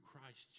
Christ